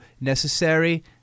necessary